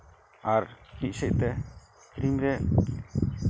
ᱟᱨ ᱢᱤᱫ ᱥᱮᱫᱛᱮ ᱠᱨᱤᱢ ᱨᱮ